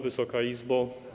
Wysoka Izbo!